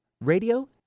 radio